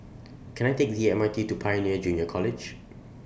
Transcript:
Can I Take The M R T to Pioneer Junior College